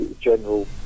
general